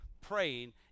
praying